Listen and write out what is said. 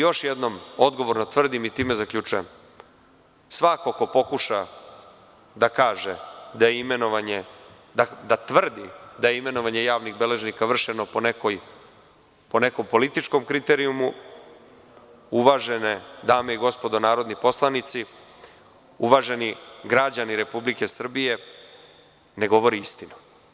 Još jednom odgovorno tvrdim i time zaključujem, svako ko pokuša da kaže, da tvrdi da je imenovanje javnih beležnika vršeno po nekom političkom kriterijumu, uvažene dame i gospodo narodni poslanici, uvaženi građani Republike Srbije, ne govori istinu.